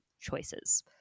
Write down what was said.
choices